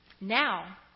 Now